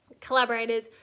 collaborators